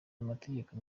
amategeko